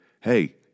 hey